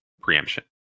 preemption